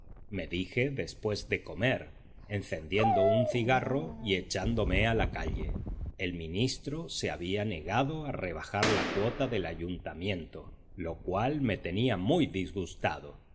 me dije después de comer encendiendo un cigarro y echándome a la calle el ministro se había negado a rebajar la cuota del ayuntamiento lo cual me tenía muy disgustado